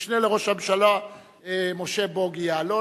המשנה לראש הממשלה משה בוגי יעלון,